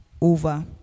over